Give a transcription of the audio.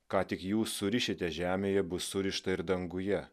ką tik jūs surišite žemėje bus surišta ir danguje